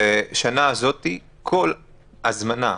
בשנה הזאת כל הזמנה,